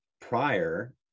prior